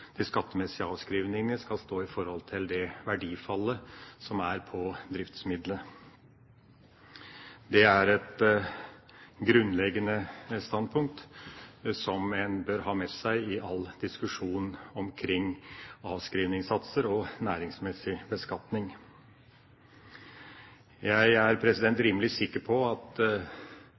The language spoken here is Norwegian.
på driftsmidlet. Det er et grunnleggende standpunkt som en bør ha med seg i all diskusjon omkring avskrivningssatser og næringsmessig beskatning. Jeg er rimelig sikker på at